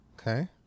Okay